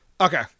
Okay